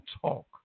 talk